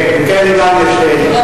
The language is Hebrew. כן, כאלה יש גם,